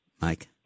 Mike